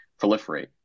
proliferate